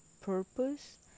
purpose